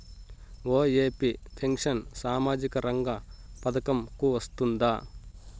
OAP pension సామాజిక రంగ పథకం కు వస్తుందా?